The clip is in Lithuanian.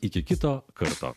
iki kito karto